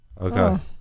Okay